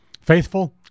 faithful